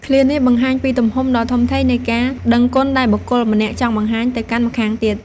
ឃ្លានេះបង្ហាញពីទំហំដ៏ធំធេងនៃការដឹងគុណដែលបុគ្គលម្នាក់ចង់បង្ហាញទៅកាន់ម្ខាងទៀត។